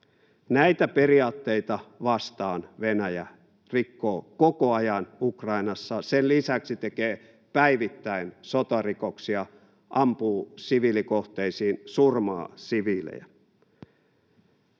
Näitä periaatteita vastaan Venäjä rikkoo koko ajan Ukrainassa, sen lisäksi tekee päivittäin sotarikoksia: ampuu siviilikohteisiin, surmaa siviilejä.